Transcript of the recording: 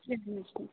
کیٚنٛہہ نہَ حظ چھُنہٕ